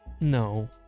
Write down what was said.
No